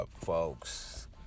folks